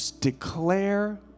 declare